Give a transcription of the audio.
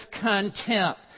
contempt